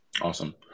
Awesome